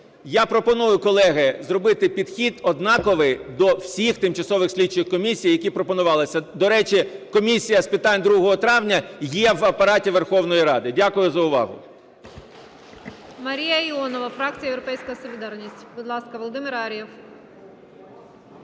Я пропоную, колеги, зробити підхід однаковий до всіх тимчасових слідчих комісій, які пропонувалися. До речі, комісія з питань 2 травня є в Апараті Верховної Ради. Дякую за увагу.